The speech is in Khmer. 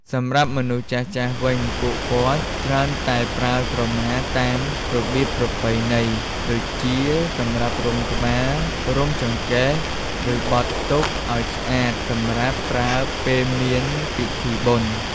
សម្រាប់មនុស្សចាស់ៗវិញ ពួកគាត់ច្រើនតែប្រើក្រមាតាមរបៀបប្រពៃណី ដូចជាសម្រាប់រុំក្បាល រុំចង្កេះ ឬ បត់ទុកឱ្យស្អាតសម្រាប់ប្រើពេលមានពីធីបុណ្យ។